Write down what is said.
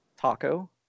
Taco